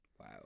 Wow